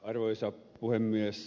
arvoisa puhemies